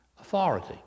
authority